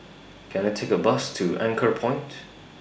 Can I Take A Bus to Anchorpoint